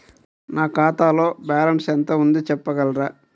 నా ఖాతాలో బ్యాలన్స్ ఎంత ఉంది చెప్పగలరా?